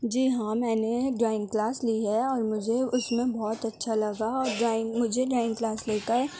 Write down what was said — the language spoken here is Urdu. جی ہاں میں نے ڈرائنگ کلاس لی ہے اور مجھے اس میں بہت اچھا لگا اور ڈرائنگ مجھے ڈرائنگ کلاس لے کر